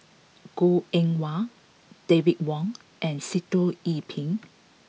Goh Eng Wah David Wong and Sitoh Yih Pin